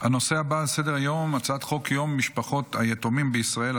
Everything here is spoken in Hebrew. הנושא הבא על סדר-היום: הצעת חוק יום משפחות היתומים בישראל,